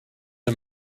are